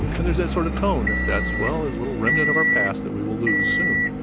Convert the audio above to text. and there's that sort of tone that that's, well, a little remnant of our past that we will lose soon.